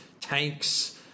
tanks